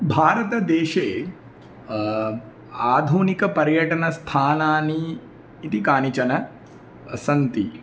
भारतदेशे आधुनिक पर्यटनस्थानानि इति कानिचन सन्ति